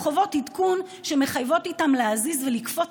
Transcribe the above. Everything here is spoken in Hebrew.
יש להם חובות עדכון שמחייבות אותם להזיז ולקפוץ